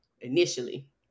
initially